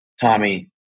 Tommy